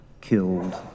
killed